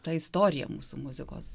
tą istoriją mūsų muzikos